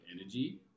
energy